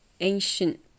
ancient